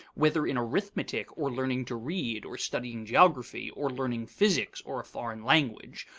whether in arithmetic or learning to read, or studying geography, or learning physics or foreign language,